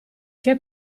che